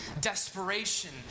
desperation